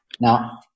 Now